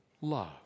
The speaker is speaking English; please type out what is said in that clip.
love